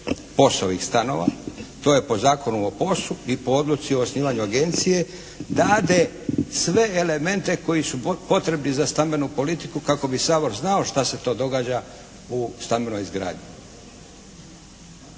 POS-ovih stanova. To je po Zakonu o POS-u i po Odluci o osnivanju agencije dade sve elemente koji su potrebni za stambenu politiku kako bi Sabor znao što se to događa u stambenoj izgradnji.